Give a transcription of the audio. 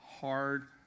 hard